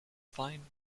fine